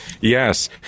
Yes